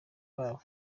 babo